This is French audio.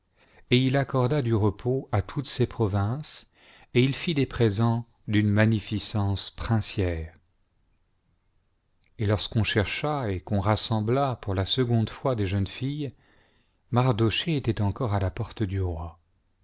et il accorda du repos à toutes ses provinces et il fit des présents d'une magnificence princière et lorsqu'on chercha et qu'on rassembla pour la seconde fois des jeunes filles mardochée était encore à la porte du roi